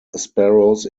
sparrows